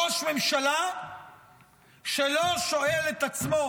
ראש ממשלה שלא שואל את עצמו